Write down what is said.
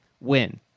win